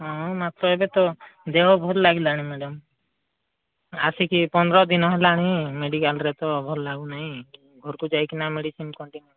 ହଁ ମାସ ହେବ ତ ଦେହ ଭଲ ଲାଗିଲାଣି ମ୍ୟାଡ଼ାମ୍ ଆସିକି ପନ୍ଦରଦିନ ହେଲାଣି ମେଡ଼ିକାଲ୍ରେ ତ ଭଲ ଲାଗୁନି ଘରକୁ ଯାଇକି ନା ମେଡ଼ିସିନ୍ କଣ୍ଟିନିୟୁ କରିବୁ